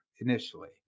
initially